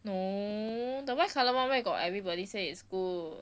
no the white colour one where got everybody say it's good